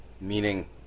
Meaning